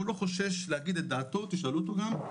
והוא לא חושש להגיד את דעתו תשאלו אותו גם,